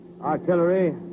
Artillery